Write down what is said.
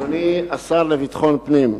אדוני השר לביטחון פנים,